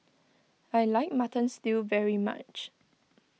I like Mutton Stew very much